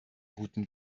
guten